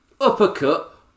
Uppercut